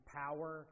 power